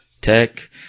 Tech